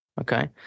Okay